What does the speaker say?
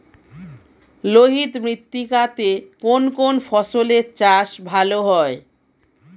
লোহিত মৃত্তিকা তে কোন কোন ফসলের চাষ ভালো হয়?